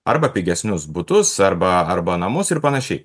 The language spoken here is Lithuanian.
arba pigesnius butus arba arba namus ir panašiai